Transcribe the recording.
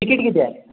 ticket किती आहे